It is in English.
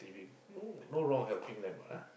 living no no wrong helping them what ah